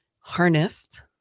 harnessed